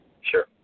Sure